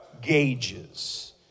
gauges